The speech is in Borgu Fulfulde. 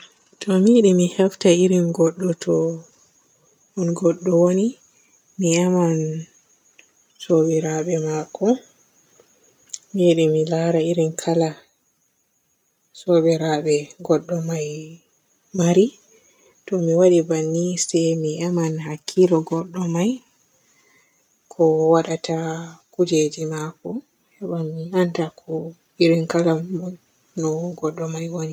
To mi yiɗi mi hefta no irin godɗo to no godɗo wooni mi eman soobirabe maako. Mi yiɗi mi laara irin kala soobirabe godɗo may maari. To mi waadai banni se mi eman hakkilo godɗo may. Ko waadata kujeji maako heba mi annda ko irin kala moy on godɗo may wooni.